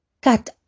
Cut